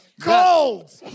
Cold